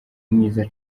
mwiza